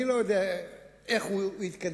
אני לא יודע איך הוא יתקדם,